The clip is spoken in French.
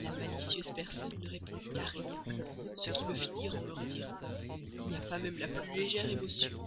la malicieuse personne ne répondit à rien ce qui me fit dire en me retirant il n'y a pas même la plus petite émotion